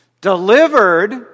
Delivered